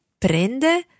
prende